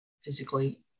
physically